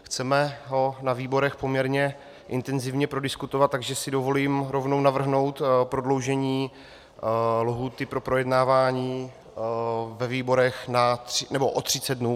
Chceme ho na výborech poměrně intenzivně prodiskutovat, takže si dovolím rovnou navrhnout prodloužení lhůty pro projednávání ve výborech o třicet dnů.